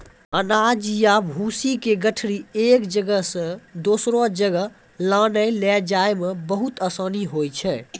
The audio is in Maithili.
अनाज या भूसी के गठरी एक जगह सॅ दोसरो जगह लानै लै जाय मॅ बहुत आसानी होय छै